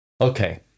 Okay